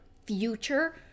future